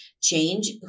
change